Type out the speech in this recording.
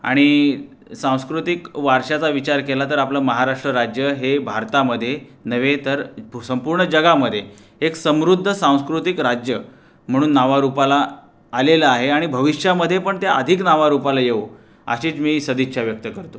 आणि सांस्कृतिक वारशाचा विचार केला तर आपलं महाराष्ट्र राज्य हे भारतामध्ये नव्हे तर भू संपूर्ण जगामध्ये एक समृद्ध सांस्कृतिक राज्य म्हणून नावारूपाला आलेलं आहे आणि भविष्यामध्ये पण ते अधिक नावारूपाला येवो अशीच मी सदिच्छा व्यक्त करतो